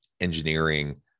engineering